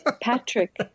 Patrick